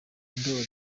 ndoli